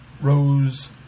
Rose